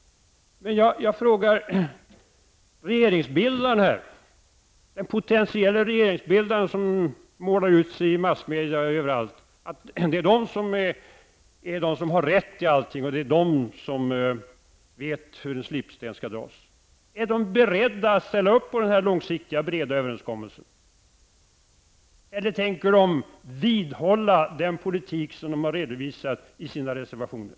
Men jag frågar regeringsbildaren här, den potentielle regeringsbildaren, han som utmålar sig överallt i massmedia såsom den som har rätt i allting och som vet hur en slipsten skall dras, om de i hans parti är beredda att ställa upp på den här långsiktiga och breda överenskommelsen eller om de tänker vidhålla den politik som de redovisat i sina reservationer.